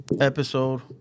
episode